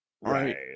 Right